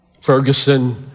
Ferguson